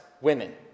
women